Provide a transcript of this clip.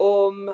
om